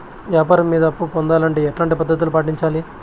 వ్యాపారం మీద అప్పు పొందాలంటే ఎట్లాంటి పద్ధతులు పాటించాలి?